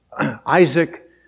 Isaac